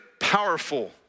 powerful